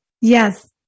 Yes